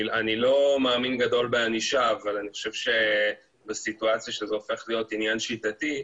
אני לא מאמין גדול בענישה אבל בסיטואציה שזה הופך להיות עניין שיטתי,